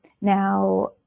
Now